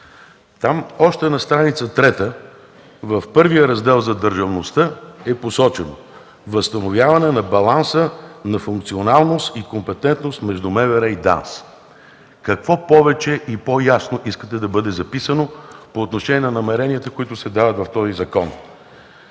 Там още на страница трета в първия раздел за държавността е посочено: „възстановяване на баланса на функционалност и компетентност между МВР и ДАНС”. Какво повече и по-ясно искате да бъде записано по отношение на намеренията, които се дават в този закон?!